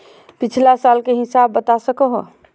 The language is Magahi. पिछला साल के हिसाब बता सको हो?